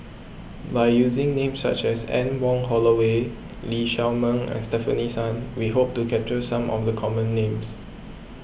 by using names such as Anne Wong Holloway Lee Shao Meng and Stefanie Sun we hope to capture some of the common names